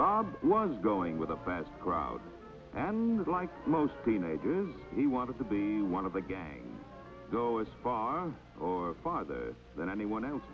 bob was going with a bad crowd like most teenagers he wanted to be one of the get go as far or father than anyone else